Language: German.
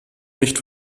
nicht